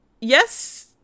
Yes